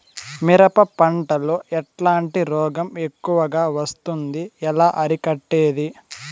మిరప పంట లో ఎట్లాంటి రోగం ఎక్కువగా వస్తుంది? ఎలా అరికట్టేది?